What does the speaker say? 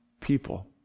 people